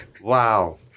Wow